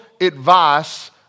advice